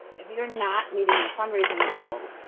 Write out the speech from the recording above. if you're not meeting your fundraising goal,